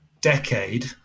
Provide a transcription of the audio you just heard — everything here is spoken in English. decade